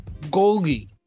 Golgi